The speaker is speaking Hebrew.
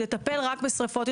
לטפל רק בשריפות.